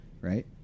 Right